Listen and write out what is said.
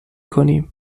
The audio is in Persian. کنیم